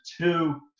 two